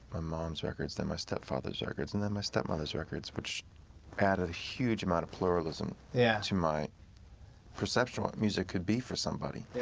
my mom's records, then my stepfather's records, and then my stepmother's records, which added a huge amount of pluralism yeah to my perception of what music could be for somebody.